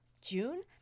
June